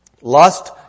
Lust